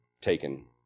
taken